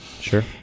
Sure